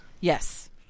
yes